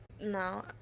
no